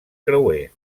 creuer